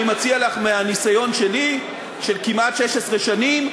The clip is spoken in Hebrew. אני מציע לך מהניסיון שלי, של כמעט 16 שנים: